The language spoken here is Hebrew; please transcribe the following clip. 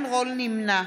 נמנע